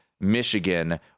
Michigan